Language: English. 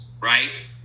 right